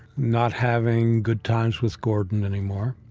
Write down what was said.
not having good times with gordon anymore.